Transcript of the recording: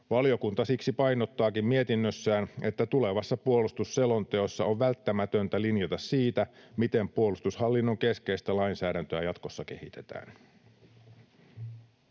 Valiokunta siksi painottaakin mietinnössään, että tulevassa puolustusselonteossa on välttämätöntä linjata siitä, miten puolustushallinnon keskeistä lainsäädäntöä jatkossa kehitetään.